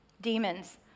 Demons